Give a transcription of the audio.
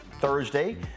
Thursday